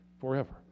forever